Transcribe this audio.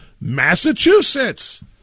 Massachusetts